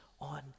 on